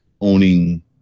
owning